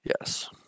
Yes